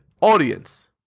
audience